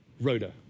Rhoda